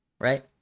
Right